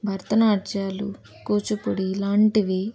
భరత నాట్యాలు కూచిపూడి ఇలాంటివి